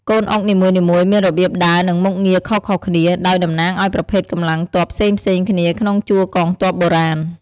កូនអុកនីមួយៗមានរបៀបដើរ និងមុខងារខុសៗគ្នា ដោយតំណាងឱ្យប្រភេទកម្លាំងទ័ពផ្សេងៗគ្នាក្នុងជួរកងទ័ពបុរាណ។